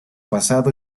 pasado